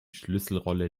schlüsselrolle